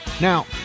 Now